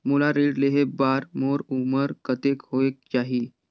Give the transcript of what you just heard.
मोला ऋण लेहे बार मोर उमर कतेक होवेक चाही?